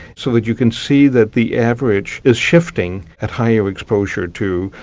so that you can see that the average is shifting at higher exposure to,